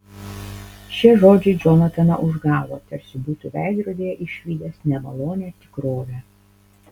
šie žodžiai džonataną užgavo tarsi būtų veidrodyje išvydęs nemalonią tikrovę